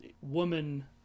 woman